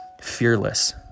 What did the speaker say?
fearless